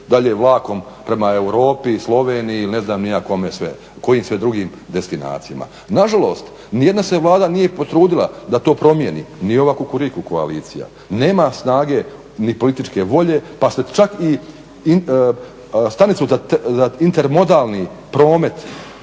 dalje vlakom prema Europi, Sloveniji i ne znam ja kojim sve drugim destinacijama. Nažalost, nijedna se vlada nije potrudila da to promijeni ni ova Kukuriku koalicija. Nema snage ni političke volje pa se čak i stanicu za intermodalni promet